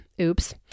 Oops